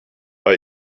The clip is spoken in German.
bei